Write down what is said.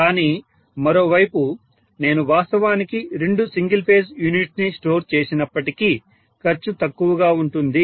కానీ మరోవైపు నేను వాస్తవానికి రెండు సింగిల్ ఫేజ్ యూనిట్స్ ని స్టోర్ చేసినప్పటికీ ఖర్చు తక్కువగా ఉంటుంది